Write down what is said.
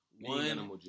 One